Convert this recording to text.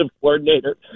coordinator